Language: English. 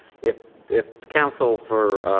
if if counsel for